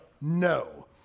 no